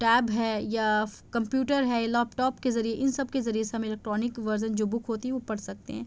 tab ہے یا computer ہے لیپ ٹاپ کے ذریعے ان سب کے ذریعے سے ہمیں الیکٹرانک ورژن جو بک ہوتی ہے وہ پڑھ سکتے ہیں